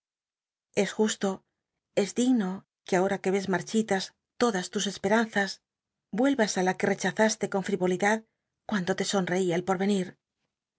usl o es digno que ahora c ue res march itas todas tus esperanzas vuelvas á las que rechazaste con frivolidad cuando te son reía el porl'cnit